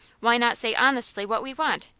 why not say honestly what we want,